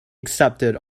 accepted